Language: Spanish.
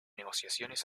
negociaciones